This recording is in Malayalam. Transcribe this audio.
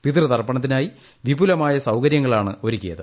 പിതൃതർപ്പണത്തിനായി വിപുലമായ സൌകരൃങ്ങളാണ് ഒരുക്കിയത്